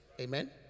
Amen